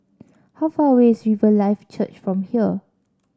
how far away is Riverlife Church from here